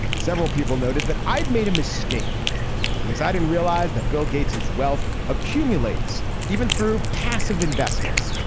several people noted that i'd made a mistake because i didn't realize that bill gates his wealth accumulates even through passive investments.